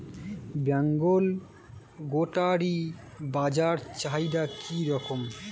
বেঙ্গল গোটারি বাজার চাহিদা কি রকম?